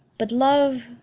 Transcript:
but love,